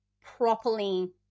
properly